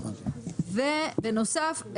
ובנוסף,